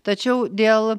tačiau dėl